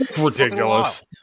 Ridiculous